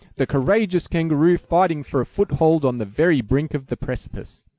the courageous kangaroo fighting for a foothold on the very brink of the precipice.